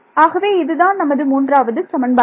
ஆகவே இதுதான் நமது மூன்றாவது சமன்பாடு